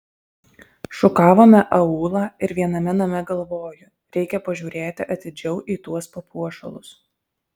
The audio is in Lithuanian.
šukavome aūlą ir viename name galvoju reikia pažiūrėti atidžiau į tuos papuošalus